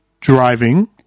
driving